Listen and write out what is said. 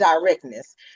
directness